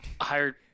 hired